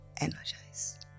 energize